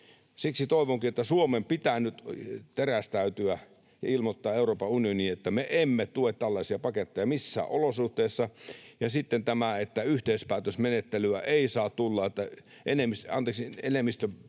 Siksi toivonkin, että Suomen pitää nyt terästäytyä ja ilmoittaa Euroopan unioniin, että me emme tue tällaisia paketteja missään olosuhteissa. Ja sitten tämä, että enemmistöpäätösmenettelyä ei saa tulla, jossa suuret